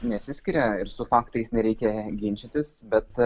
nesiskiria ir su faktais nereikia ginčytis bet